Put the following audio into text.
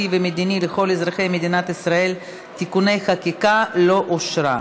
ומדיני לכל אזרחי מדינת ישראל (תיקוני חקיקה) לא נתקבלה.